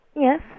Yes